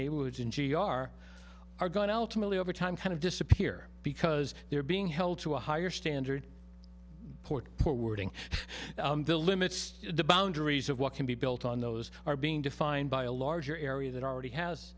neighborhoods in g r are going to ultimately over time kind of disappear because they're being held to a higher standard port forwarding the limits the boundaries of what can be built on those are being defined by a larger area that already has